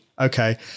Okay